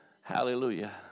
Hallelujah